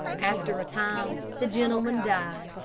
after a time the gentleman died,